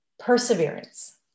perseverance